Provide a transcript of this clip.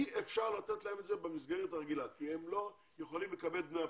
אי אפשר לתת להם את זה במסגרת הרגילה כי הם לא יכולים לקבל דמי אבטלה,